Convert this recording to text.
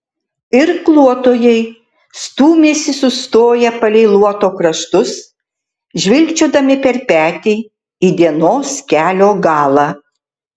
irkluotojai stūmėsi sustoję palei luoto kraštus žvilgčiodami per petį į dienos kelio galą